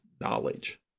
knowledge